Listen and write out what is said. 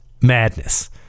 madness